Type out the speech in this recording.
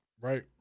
Right